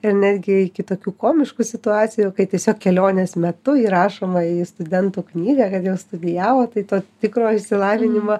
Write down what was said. ir netgi iki tokių komiškų situacijų kai tiesiog kelionės metu įrašoma į studentų knygą kad jau studijavo tai to tikro išsilavinimo